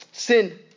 Sin